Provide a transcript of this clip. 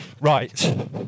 Right